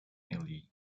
alley